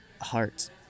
Heart